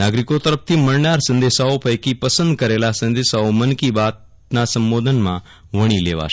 નાગરીકો તરફથી મળનાર સંદેશાઓ પૈકી પસંદ કરેલા સંદેશાઓ મન કી બાતના સંબોધનમાં વણી લેવાશે